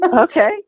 Okay